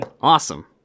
awesome